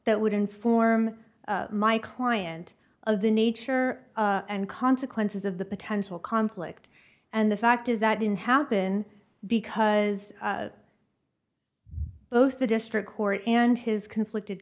that would inform my client of the nature and consequences of the potential conflict and the fact is that didn't happen because both the district court and his conflicted